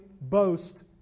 boast